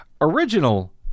original